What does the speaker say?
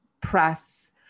press